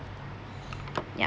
ya